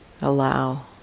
Allow